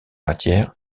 matières